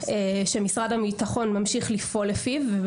שמשרד הביטחון ממשיך לפעול לפיו,